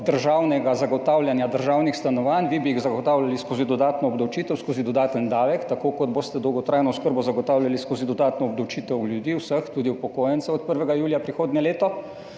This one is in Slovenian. državnega zagotavljanja državnih stanovanj, vi bi jih zagotavljali skozi dodatno obdavčitev, skozi dodaten davek, tako kot boste dolgotrajno oskrbo zagotavljali skozi dodatno obdavčitev vseh ljudi, tudi upokojencev od 1. julija prihodnje leto.